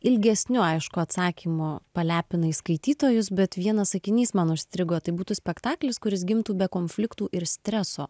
ilgesniu aišku atsakymu palepinai skaitytojus bet vienas sakinys man užstrigo tai būtų spektaklis kuris gimtų be konfliktų ir streso